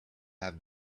have